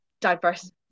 diverse